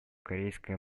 корейская